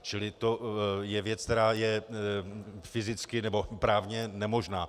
Čili to je věc, která je fyzicky, nebo právně nemožná.